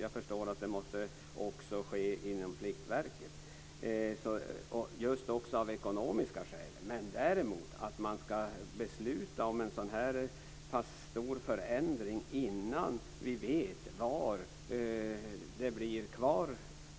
Jag förstår att det också måste ske inom Pliktverket, också just av ekonomiska skäl. Att däremot besluta om en så här pass stor förändring innan vi vet var det blir kvar